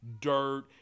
dirt